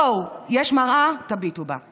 בואו, יש מראה, תביטו בה.